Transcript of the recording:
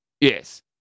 Yes